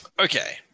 Okay